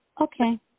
Okay